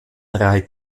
drei